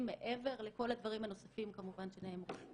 מעבר לכל הדברים הנוספים כמובן שנאמרו.